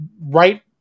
right